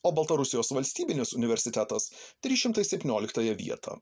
o baltarusijos valstybinis universitetas trys šimtai septynioliktąją vietą